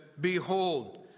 Behold